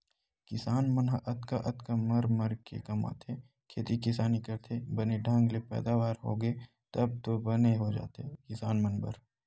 किसान मन ह अतका अतका मर मर के कमाथे खेती किसानी करथे बने ढंग ले पैदावारी होगे तब तो बने हो जाथे किसान मन बर